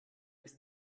ist